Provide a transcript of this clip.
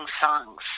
songs